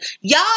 Y'all